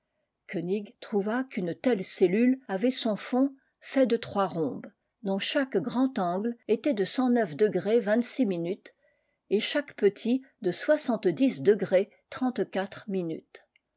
kœnig trouva qu'une telle cellule avait son fond fait de trois rhombes dont chaque grand angle était de cent neuf de vingt minutes et chaque petit de soixante-dix degrés